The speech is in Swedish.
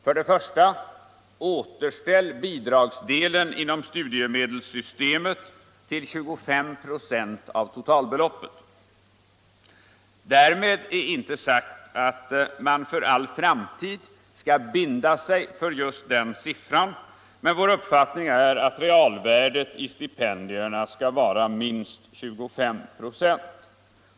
För det första vill vi återställa bidragsdelen inom studiemedelssystemet till 25 96 av totalbeloppet. Därmed är inte sagt att man för all framtid skall binda sig för just den siffran. Men vår uppfattning är att realvärdet i stipendierna skall vara minst 25 96.